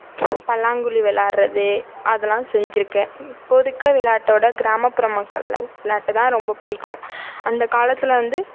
பல்லாங்குழி விளையாடுறது அதெல்லாம் செஞ்சுருக்கேன் இப்போதைக்கு விளையாட்டோட கிராமப்புற மக்கள் விளையாட்டு தான் ரொம்ப பிடிக்கும் அந்த காலத்தில் வந்து